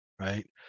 right